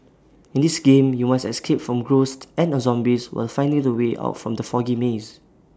in this game you must escape from ghosts and the zombies while finding the way out from the foggy maze